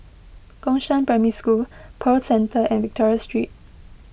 Gongshang Primary School Pearl Centre and Victoria Street